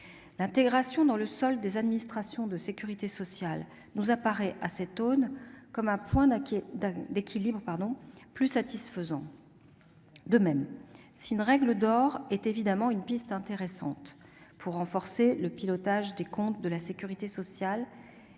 L'intégration dans le solde des administrations de sécurité sociale nous paraît constituer, à cet égard, un point d'équilibre plus satisfaisant. De même, si la règle d'or est évidemment une piste intéressante pour renforcer le pilotage des comptes de la sécurité sociale,